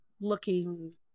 looking